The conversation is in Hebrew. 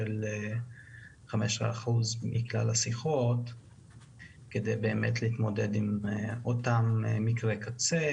15% מכלל השיחות כדי להתמודד עם אותם מקרי קצה.